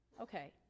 Okay